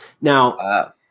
Now